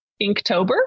inktober